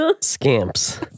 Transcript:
Scamps